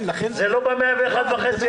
זה לא ב-101.5%.